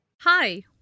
Hi